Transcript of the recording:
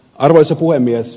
arvoisa puhemies